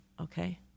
okay